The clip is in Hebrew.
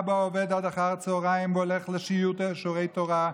אבא עובד עד אחר הצוהריים והולך לשיעורי תורה.